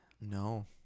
no